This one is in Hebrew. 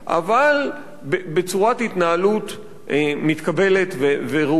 אבל בצורת התנהלות מתקבלת וראויה.